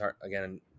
Again